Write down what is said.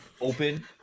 open